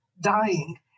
dying